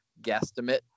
guesstimate